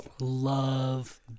Love